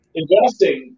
investing